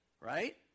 right